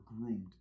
groomed